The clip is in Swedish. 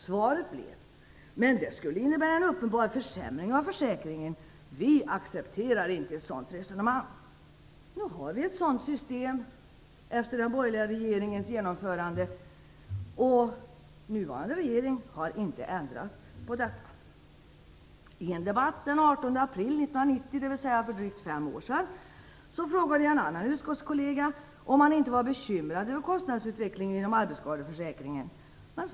Svaret blev: "Men det skulle innebära en uppenbar försämring av försäkringen. Vi accepterar inte - ett sådant resonemang." Nu har vi ett sådant system efter det att den borgerliga regeringen genomförde det, och den nuvarande inte ändrat på det. I en debatt den 18 april 1990, dvs. för drygt fem år sedan, frågade jag en utskottskollega om han inte var bekymrad över kostnadsutvecklingen inom arbetsskadeförsäkringen.